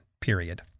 period